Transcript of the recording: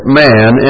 man